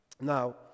Now